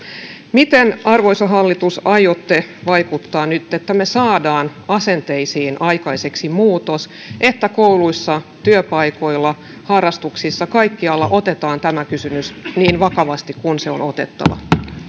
miten arvoisa hallitus aiotte vaikuttaa nyt siihen että me saamme aikaiseksi muutoksen asenteisiin että kouluissa työpaikoilla harrastuksissa kaikkialla otetaan tämä kysymys niin vakavasti kuin se on otettava